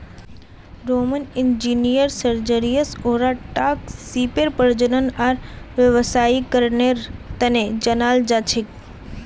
Roman engineer Sergius ओराटाक सीपेर प्रजनन आर व्यावसायीकरनेर तने जनाल जा छे